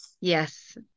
yes